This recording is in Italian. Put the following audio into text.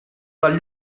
dal